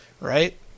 Right